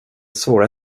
svåra